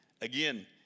Again